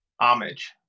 Homage